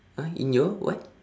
!huh! in your what